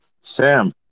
sam